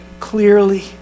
clearly